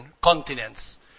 continents